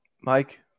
Mike